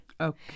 Okay